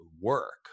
work